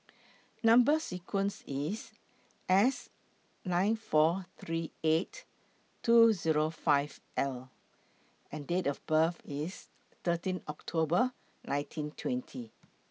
Number sequence IS S nine four three eight two Zero five L and Date of birth IS thirteen October nineteen twenty